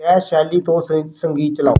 jazz ਸ਼ੈਲੀ ਤੋਂ ਸ ਸੰਗੀਤ ਚਲਾਉ